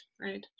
right